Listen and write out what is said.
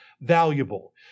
valuable